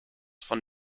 von